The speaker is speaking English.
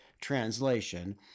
translation